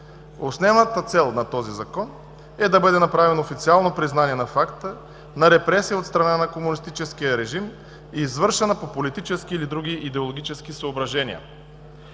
Основната цел на този Закон е да бъде направено официално признание на факта на репресия от страна на комунистическия режим, извършена по политически или други идеологически съображения.